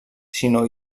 sinó